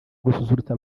gususurutsa